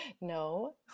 No